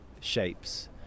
shapes